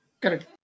Correct